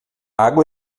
água